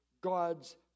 God's